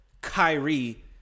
Kyrie